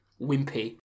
Wimpy